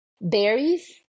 Berries